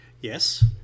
yes